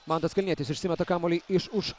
mantas kalnietis išsimeta kamuolį iš už